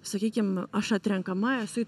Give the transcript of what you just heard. sakykim aš atrenkama esu